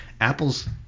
Apple's